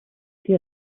die